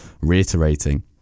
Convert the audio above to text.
reiterating